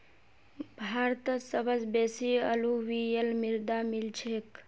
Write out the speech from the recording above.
भारतत सबस बेसी अलूवियल मृदा मिल छेक